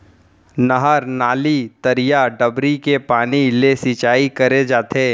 नहर, नाली, तरिया, डबरी के पानी ले सिंचाई करे जाथे